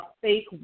fake